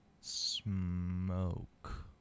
Smoke